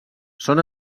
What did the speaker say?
són